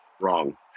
wrong